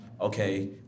okay